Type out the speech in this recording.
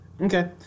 Okay